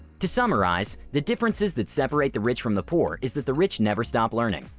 to summarize, the differences that separate the rich from the poor is that the rich never stop learning,